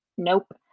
nope